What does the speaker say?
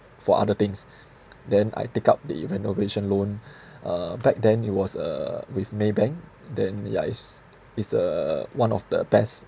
for other things then I take up the renovation loan uh back then it was uh with maybank then yeah is is uh one of the best